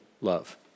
love